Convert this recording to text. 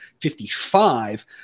55